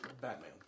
Batman